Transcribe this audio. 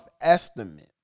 estimate